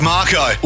Marco